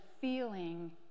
feeling